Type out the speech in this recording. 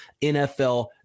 NFL